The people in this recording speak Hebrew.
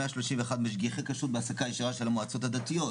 131 משגיחי כשרות בהעסקה ישירה של המועצות הדתיות,